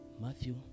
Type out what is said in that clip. Matthew